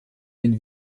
den